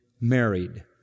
married